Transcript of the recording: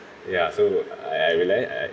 ya so uh I realise I